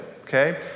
okay